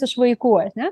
iš vaikų ar ne